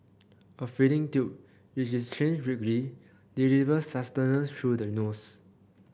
a feeding tube which is changed weekly deliver sustenance through the nose